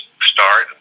start